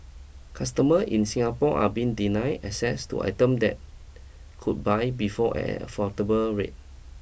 customer in Singapore are being deny access to item that could buy before at affordable rate